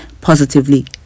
positively